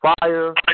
Fire